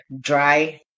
dry